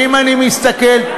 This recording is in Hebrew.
אתה משתמש,